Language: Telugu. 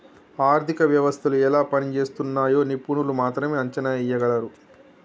ఆర్థిక వ్యవస్థలు ఎలా పనిజేస్తున్నయ్యో నిపుణులు మాత్రమే అంచనా ఎయ్యగలరు